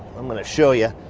i'm gonna show you.